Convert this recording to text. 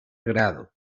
grado